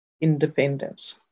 independence